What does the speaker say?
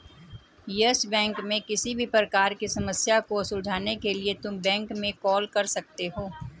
yes Bank में किसी भी प्रकार की समस्या को सुलझाने के लिए तुम बैंक में कॉल कर सकते हो